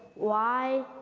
why?